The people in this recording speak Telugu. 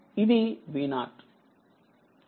ఇది V0